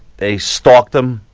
they stalk them,